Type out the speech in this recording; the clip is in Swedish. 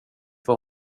för